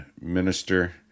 Minister